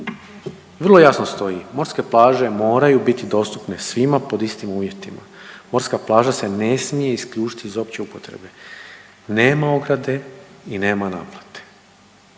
vrlo jasno stoji. Morske plaže moraju biti dostupne svima pod istim uvjetima. Morska plaža se ne smije isključiti iz opće upotrebe, nema ograde i nema naplate.